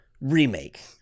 remake